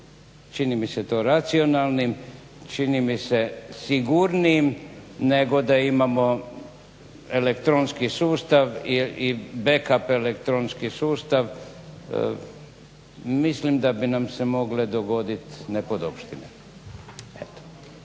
Čini mi se to racionalnim, čini mi se sigurnijim nego da imamo elektronski sustav i back up elektronski sustav. Mislim da bi nam se mogle dogoditi nepodopštine.